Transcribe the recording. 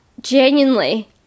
genuinely